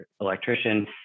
Electrician